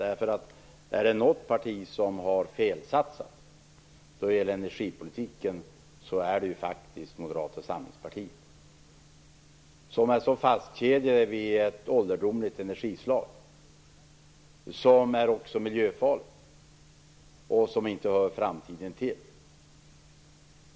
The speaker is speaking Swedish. Är det något parti som har satsat fel när det gäller energipolitiken så är det faktiskt Moderata samlingspartiet, som är fastkedjade vid ett ålderdomligt energislag som dessutom är miljöfarligt och inte hör framtiden till.